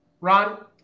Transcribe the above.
Ron